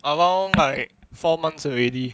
around like four months already